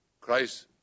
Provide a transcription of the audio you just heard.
Christ